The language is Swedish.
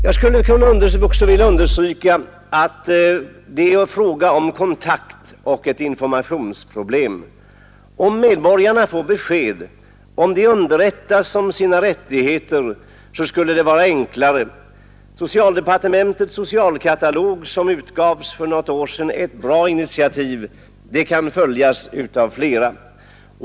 Jag vill också understryka att det är fråga om ett kontaktoch informationsproblem. Om medborgarna finge besked och underrättades om sina rättigheter, skulle det vara enklare. Socialdepartementets socialkatalog, som utgavs för något år sedan, är ett bra initiativ. Det kan följas av flera.